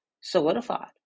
solidified